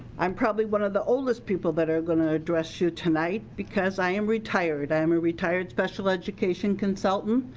i'm probably one of the oldest people that are going to address you tonight. because i am retired, i am a retired special education consultant.